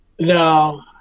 No